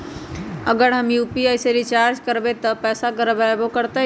अगर हम यू.पी.आई से रिचार्ज करबै त पैसा गड़बड़ाई वो करतई?